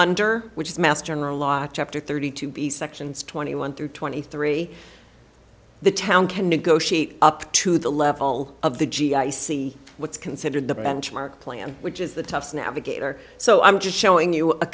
under which is mass general law chapter thirty two b sections twenty one through twenty three the town can negotiate up to the level of the g i see what's considered the benchmark plan which is the toughest navigator so i'm just showing you a